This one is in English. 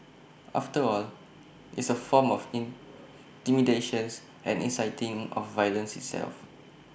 after all it's A form of intimidations and inciting of violence itself